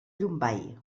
llombai